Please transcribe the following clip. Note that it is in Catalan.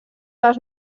les